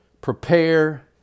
Prepare